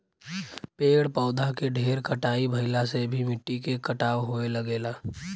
पेड़ पौधा के ढेर कटाई भइला से भी मिट्टी के कटाव होये लगेला